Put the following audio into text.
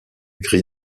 gris